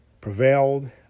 prevailed